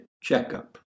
checkup